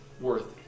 worth